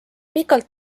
pikalt